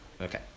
Okay